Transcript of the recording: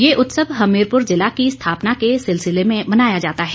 ये उत्सव हमीरप्र जिला की स्थापना के सिलसिले में मनाया जाता है